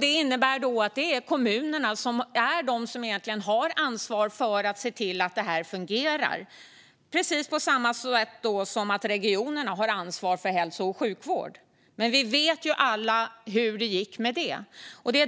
Det innebär att det är kommunerna som är de som egentligen har ansvar för att se till att det fungerar. Det är precis på samma sätt som att regionerna har ansvar för hälso och sjukvård. Men vi vet alla hur det gick med det.